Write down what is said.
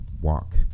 walk